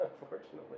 unfortunately